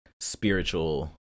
spiritual